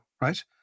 right